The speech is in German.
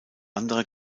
andere